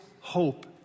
hope